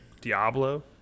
Diablo